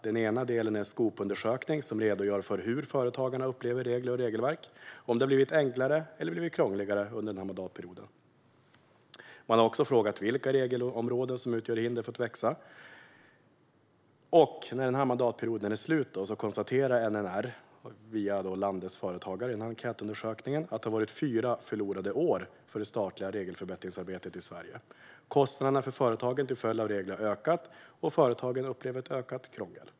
Den ena delen är en Skopundersökning som redogör för hur företagarna upplever regler och regelverk och om det har blivit enklare eller krångligare under mandatperioden. Man har också frågat vilka regelområden som utgör hinder för att växa. NNR konstaterar, via landets företagare och enkätundersökningen, att det har varit fyra förlorade år för det statliga regelförbättringsarbetet i Sverige. Kostnaderna för företagen till följd av regler har ökat, och företagen upplever ett ökat krångel.